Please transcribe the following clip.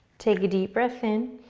take a deep breath in,